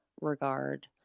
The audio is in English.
regard